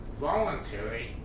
voluntary